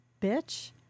bitch